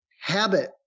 habit